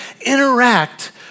interact